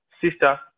sister